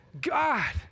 God